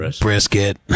brisket